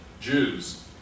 Jews